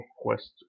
Quest